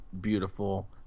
beautiful